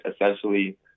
essentially